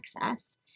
access